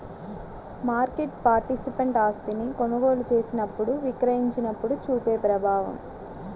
market participant ఆస్తిని కొనుగోలు చేసినప్పుడు, విక్రయించినప్పుడు చూపే ప్రభావం